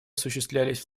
осуществлялись